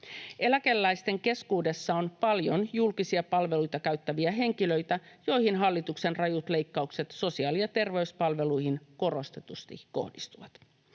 Eläkeläisten keskuudessa on paljon julkisia palveluita käyttäviä henkilöitä, joihin hallituksen rajut leikkaukset sosiaali- ja terveyspalveluihin korostetusti kohdistuvat.